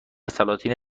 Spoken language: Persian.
سلاطین